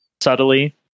subtly